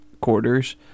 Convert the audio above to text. quarters